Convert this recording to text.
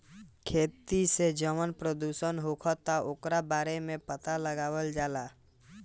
खेती से जवन प्रदूषण होखता ओकरो बारे में पाता लगावल जाता